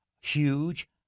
Huge